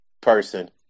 person